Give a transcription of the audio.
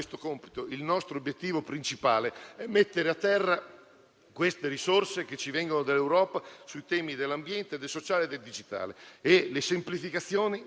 Grazie